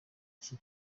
iki